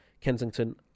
Kensington